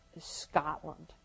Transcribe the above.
Scotland